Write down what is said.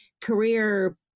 career